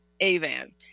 Avan